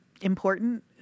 important